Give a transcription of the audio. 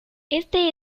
este